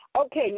Okay